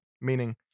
meaning